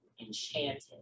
enchanted